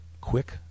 quick